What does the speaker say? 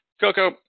Coco